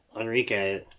Enrique